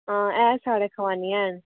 हां है साढ़े खुबानियां हैन